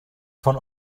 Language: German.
von